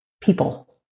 people